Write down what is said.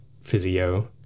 physio